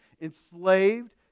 enslaved